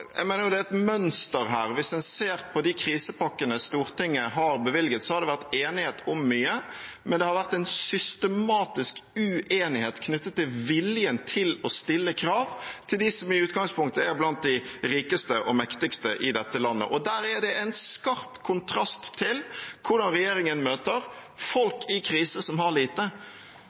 jeg mener det er et mønster her. Hvis en ser på de krisepakkene Stortinget har bevilget, har det vært enighet om mye, men det har vært en systematisk uenighet knyttet til viljen til å stille krav til dem som i utgangspunktet er blant de rikeste og mektigste i dette landet. Der er det en skarp kontrast til hvordan regjeringen møter folk i krise som har lite.